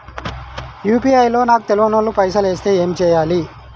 UPI లో నాకు తెల్వనోళ్లు పైసల్ ఎస్తే ఏం చేయాలి?